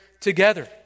together